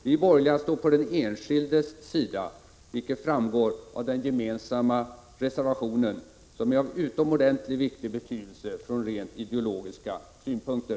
Vi borgerliga står på den enskildes sida, vilket framgår av den gemensamma reservationen, som har mycket stor betydelse från rent ideologiska synpunkter.